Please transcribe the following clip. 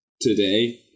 today